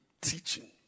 teaching